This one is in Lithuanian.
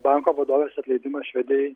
banko vadovės atleidimas švedijoj